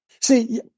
See